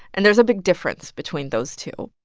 and there's a big difference between those two.